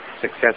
success